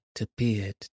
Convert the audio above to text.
appeared